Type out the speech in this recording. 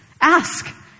Ask